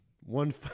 one